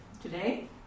today